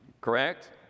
correct